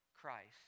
Christ